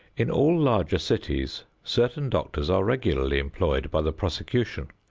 in all larger cities, certain doctors are regularly employed by the prosecution.